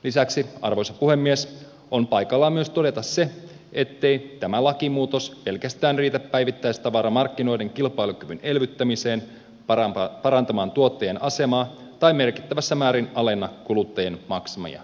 lisäksi arvoisa puhemies on paikallaan todeta myös se ettei tämä lakimuutos pelkästään riitä päivittäistavaramarkkinoiden kilpailukyvyn elvyttämiseen parantamaan tuotteen asemaa tai merkittävissä määrin alenna kuluttajien maksamia hintoja